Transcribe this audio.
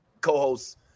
co-hosts